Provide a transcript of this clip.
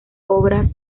obras